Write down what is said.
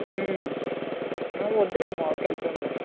వద్దులెమ్మా అది కలిపానులే